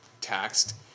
taxed